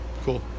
Cool